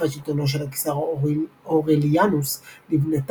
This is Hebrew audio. בתקופת שלטונו של הקיסר אורליאנוס נבנתה